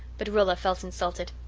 but rilla felt insulted.